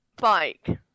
...bike